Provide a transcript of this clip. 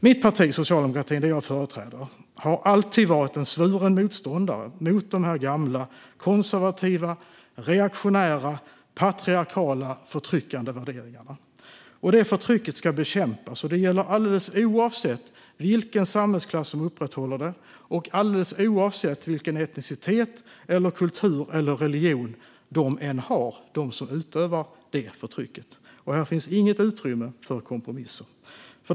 Mitt parti, Socialdemokraterna, har alltid varit en svuren motståndare mot de gamla konservativa, reaktionära, patriarkala och förtryckande värderingarna. Det förtrycket ska bekämpas, och det gäller alldeles oavsett vilken samhällsklass som upprätthåller dem och alldeles oavsett vilken etnicitet, kultur eller religion de har som utövar förtrycket. Här finns inget utrymme för kompromisser.